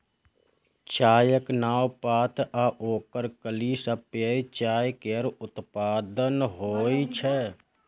चायक नव पात आ ओकर कली सं पेय चाय केर उत्पादन होइ छै